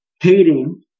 hating